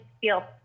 feel